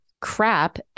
crap